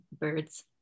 birds